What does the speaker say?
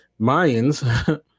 Mayans